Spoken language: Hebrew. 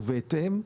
ובהתאם,